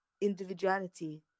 individuality